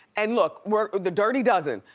and look, we're the dirty dozen.